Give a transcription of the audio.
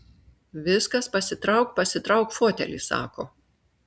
viskas pasitrauk pasitrauk fotelį sako